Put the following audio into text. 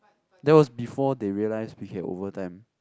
that was before they realise they can overtime